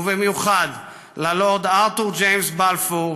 ובמיוחד ללורד ארתור ג'יימס בלפור,